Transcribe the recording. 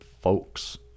folks